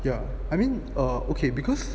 yeah I mean err okay because